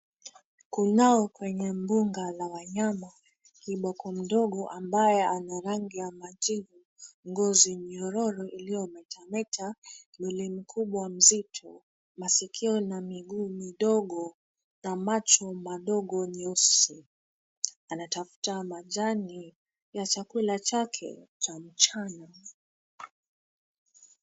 Kunao kwenye mbuga la wanyama kiboko mdogo ambaye ana rangi ya majivu, ngozi nyororo iliyometameta, mwili mkubwa mzito, masikio na miguu midogo na macho madogo nyeusi. Anatafuta majani ya chakula chake cha mchana.